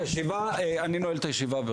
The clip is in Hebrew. חבר'ה, בואו נשים את הדברים על